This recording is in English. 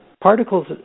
Particles